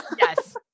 Yes